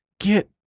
Get